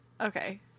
Okay